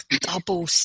double